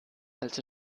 also